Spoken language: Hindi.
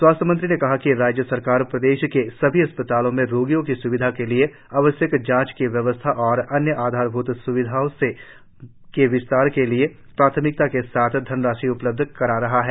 स्वास्थ्य मंत्री ने कहा कि राज्य सरकार प्रदेश के सभी अस्पतालों में रोगियों की स्विधा के लिए आवश्यक जांच की व्यवस्था और अन्य आधारभूत सुविधाओं के विस्तार के लिए प्राथमिकता के साथ धनराशि उपलब्ध करा रही है